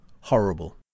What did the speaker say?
horrible